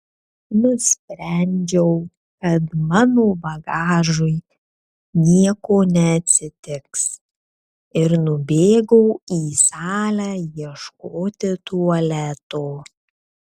nusprendžiau kad mano bagažui nieko neatsitiks ir nubėgau į salę ieškoti tualeto